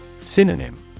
Synonym